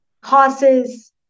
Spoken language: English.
causes